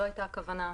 זאת הייתה הכוונה,